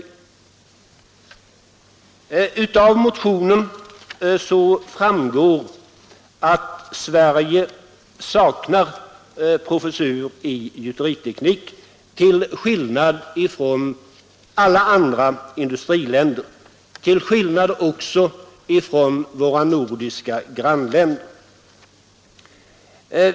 Av motionen 303 framgår att Sverige saknar professur i gjuteriteknik, till skillnad från alla andra industriländer och till skillnad också från våra nordiska grannländer.